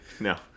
No